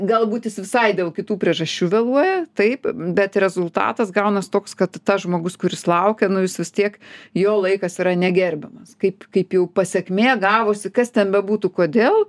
galbūt jis visai dėl kitų priežasčių vėluoja taip bet rezultatas gaunas toks kad tas žmogus kuris laukia nu jis vis tiek jo laikas yra negerbiamas kaip kaip jau pasekmė gavosi kas ten bebūtų kodėl